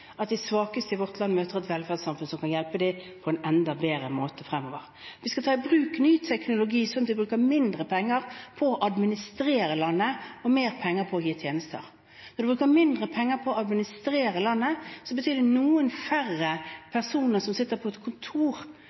at de svakeste i vårt land møter et velferdssamfunn som kan hjelpe dem på en enda bedre måte fremover. Vi skal ta i bruk ny teknologi, slik at vi bruker mindre penger på å administrere landet, og mer penger på å gi tjenester. Når en bruker mindre penger på å administrere landet, betyr det at noen færre personer sitter på et kontor